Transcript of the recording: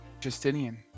Justinian